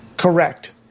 Correct